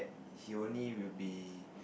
he only will be